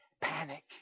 panic